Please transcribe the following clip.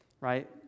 right